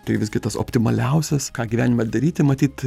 tai visgi tas optimaliausias ką gyvenime daryti matyt